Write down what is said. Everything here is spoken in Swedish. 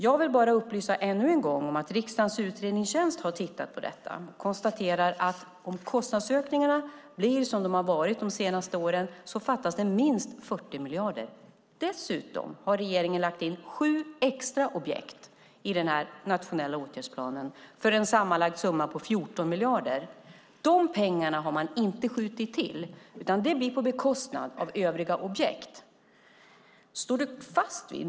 Jag vill bara än en gång upplysa om att riksdagens utredningstjänst har tittat på detta och konstaterat att det om kostnadsökningarna blir som de har varit de sista åren fattas minst 40 miljarder. Dessutom har regeringen lagt in sju extra objekt i åtgärdsplanen till en sammanlagd summa av 14 miljarder. Dessa pengar har man inte skjutit till, utan det blir på bekostnad av övriga objekt.